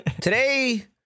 today